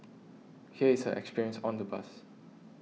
here is her experience on the bus